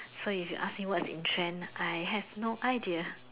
so if you ask me what is in trend I have no idea